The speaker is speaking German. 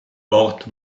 port